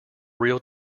real